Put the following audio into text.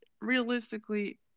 realistically